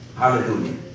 Hallelujah